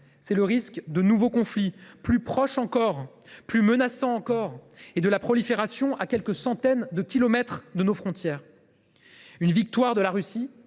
c’est le risque de nouveaux conflits, plus proches et plus menaçants encore, ainsi que de la prolifération à quelques centaines de kilomètres de nos frontières. Une victoire de la Russie,